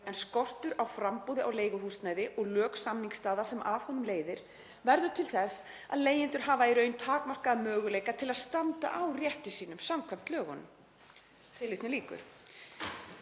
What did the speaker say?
en skortur á framboði á leiguhúsnæði og lök samningsstaða sem af honum leiðir verður til þess að leigjendur hafa í raun takmarkaða möguleika til að standa á rétti sínum samkvæmt lögunum.“ Þetta